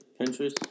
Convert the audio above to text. Pinterest